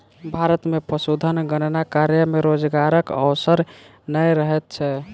भारत मे पशुधन गणना कार्य मे रोजगारक अवसर नै रहैत छै